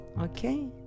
okay